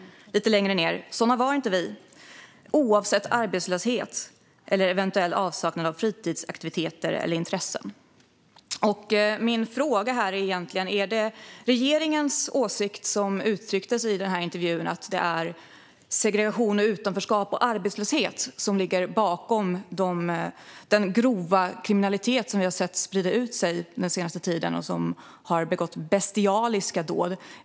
Lite längre ned i samma brev står det: Sådana var inte vi - oavsett arbetslöshet eller eventuell avsaknad av fritidsaktiviteter eller intressen. Mina frågor är: Var det regeringens åsikt som uttrycktes i den här intervjun gällande att det är segregation, utanförskap och arbetslöshet som ligger bakom den grova kriminalitet som vi har sett sprida ut sig under den senaste tiden och som har inneburit att bestialiska dåd har begåtts?